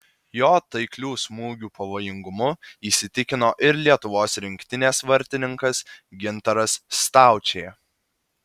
jo taiklių smūgių pavojingumu įsitikino ir lietuvos rinktinės vartininkas gintaras staučė